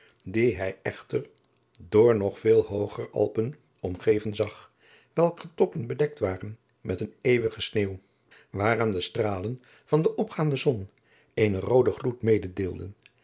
dien hij echter door nog veel hooger alpen omgeven zag welker toppen bedekt waren met een eeuwig sneeuw waaraan de stralen van de opgaande zon eenen rooden gloed mededeelden